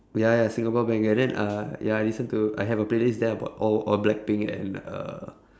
ya ya singapore bank ya then uh ya I listen to I have a playlist there about all all blackpink and uh